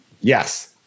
Yes